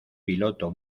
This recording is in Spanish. piloto